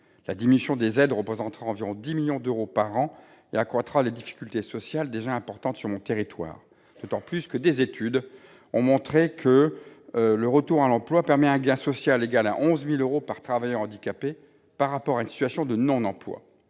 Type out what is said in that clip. La diminution des aides, de l'ordre de 10 millions d'euros par an, accroîtra les difficultés sociales déjà importantes sur mon territoire, et ce d'autant que, selon certaines études, le retour à l'emploi permet un gain social égal à 11 000 euros par travailleur handicapé par rapport à une situation de non-emploi.